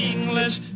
English